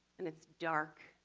and it's dark,